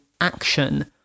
action